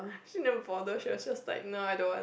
she never bother she just like nah I don't want